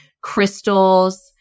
Crystals